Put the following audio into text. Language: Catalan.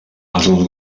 alguns